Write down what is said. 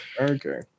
Okay